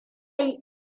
yi